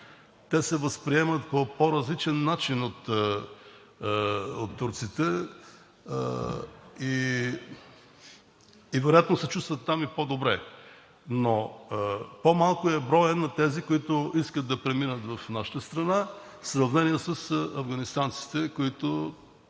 възприемат се по по-различен начин от турците и вероятно там се чувстват по-добре. По-малък е броят на тези, които искат да преминат в нашата страна, в сравнение с афганистанците, които